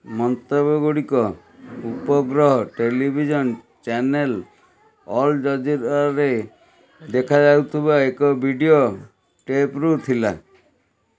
ମନ୍ତବ୍ୟ ଗୁଡ଼ିକ ଉପଗ୍ରହ ଟେଲିଭିଜନ୍ ଚ୍ୟାନେଲ୍ ଅଲଜଜିରାରେ ଦେଖାଉଯାଥିବା ଏକ ଭିଡ଼ିଓ ଟେପ୍ରୁ ଥିଲା